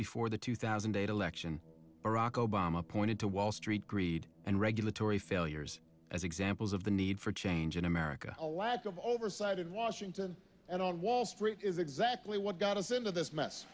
before the two thousand and eight election barack obama pointed to wall street greed and regulatory failures as examples of the need for change in america a lack of oversight in washington and on wall street is exactly what got us into this mess